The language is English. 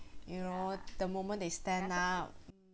you know the moment they stand up